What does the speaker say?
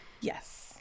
Yes